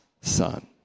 son